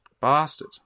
bastard